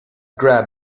grab